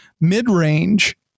mid-range